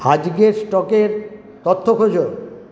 আজকের স্টকের তথ্য খোঁজো